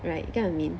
right get what I mean